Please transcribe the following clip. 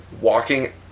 walking